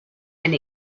and